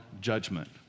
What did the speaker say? judgment